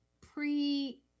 Pre